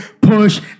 push